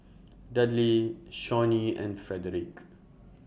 Dudley Shawnee and Frederic